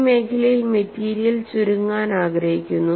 ഈ മേഖലയിൽ മെറ്റീരിയൽ ചുരുങ്ങാൻ ആഗ്രഹിക്കുന്നു